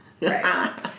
Right